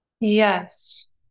Yes